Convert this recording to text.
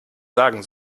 sagen